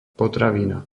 potravina